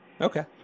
Okay